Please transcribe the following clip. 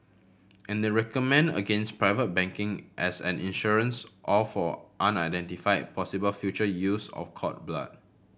and they recommend against private banking as an insurance or for unidentified possible future use of cord blood